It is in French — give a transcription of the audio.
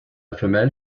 femelle